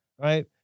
Right